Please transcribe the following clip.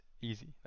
easy